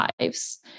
lives